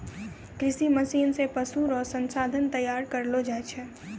कृषि मशीन से पशु रो संसाधन तैयार करलो जाय छै